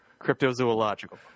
cryptozoological